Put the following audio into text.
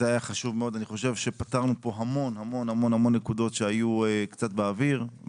זה היה חשוב מאוד ואני חשוב שפתרנו כאן המון נקודות שהיו קצת באוויר.